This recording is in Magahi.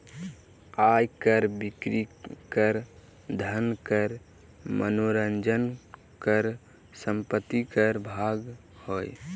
आय कर, बिक्री कर, धन कर, मनोरंजन कर, संपत्ति कर भाग हइ